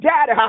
Dad